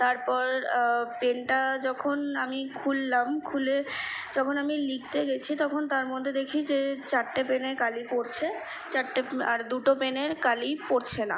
তারপর পেনটা যখন আমি খুললাম খুলে যখন আমি লিখতে গেছি তখন তার মধ্যে দেখি যে চারটে পেনে কালি পড়ছে চারটে আর দুটো পেনের কালি পড়ছে না